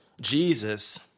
Jesus